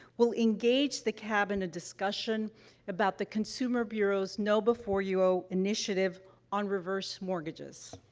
will engage the cab in a discussion about the consumer bureau's know before you owe initiative on reverse mortgages.